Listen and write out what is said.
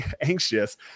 anxious